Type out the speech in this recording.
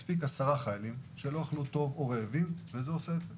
מספיק 10 חיילים שלא אכלו טוב או שהם רעבים וזה עושה את זה.